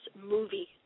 movie